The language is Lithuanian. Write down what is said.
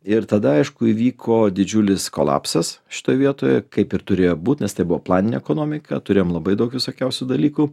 ir tada aišku įvyko didžiulis kolapsas šitoj vietoje kaip ir turėjo būt nes tai buvo planinė ekonomika turėjom labai daug visokiausių dalykų